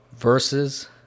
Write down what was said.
Versus